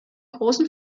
großen